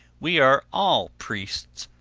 we are all priests.